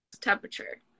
Temperature